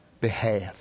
behalf